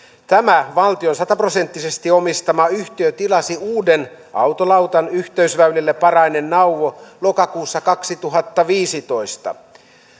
tämä valtion sataprosenttisesti omistama yhtiö tilasi uuden autolautan yhteysvälille parainen nauvo lokakuussa kaksituhattaviisitoista